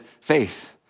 faith